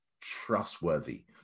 trustworthy